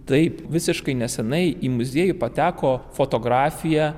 taip visiškai neseniai į muziejų pateko fotografija